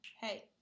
Hey